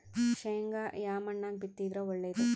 ಶೇಂಗಾ ಯಾ ಮಣ್ಣಾಗ ಬಿತ್ತಿದರ ಒಳ್ಳೇದು?